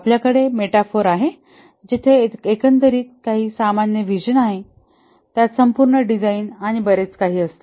आपल्याकडे मेटाफोर आहे जिथे एकंदरीत काही सामान्य व्हिजन आहे त्यात संपूर्ण डिझाईन आणि बरेच काही असते